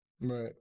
Right